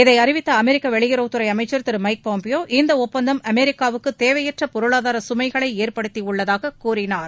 இதை அறிவித்த அமெரிக்க வெளியுறவுத்துறை அமைச்சர் திரு மைக் பாம்பியோ இந்த ஒப்பந்தம் அமெரிக்காவுக்கு தேவையற்ற பொருளாதார சுமைகளை ஏற்படுத்தியுள்ளதாக கூறினார்